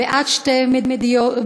בעד שתי מדינות,